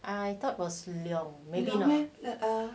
I thought it was leong maybe not